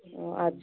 अच्छा